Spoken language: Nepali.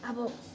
अब